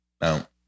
Now